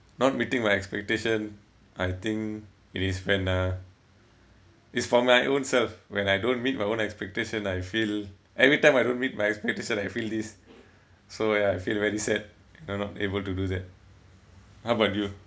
not meeting my expectation I think it is when uh it's for my own self when I don't meet my own expectation I feel every time I don't meet my expectation I feel this so ya I feel very sad no not able to do that how about you